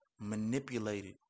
manipulated